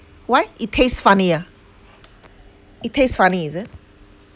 why it tastes funny ah it tastes funny is it